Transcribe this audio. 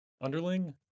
underling